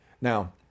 Now